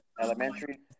elementary